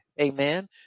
Amen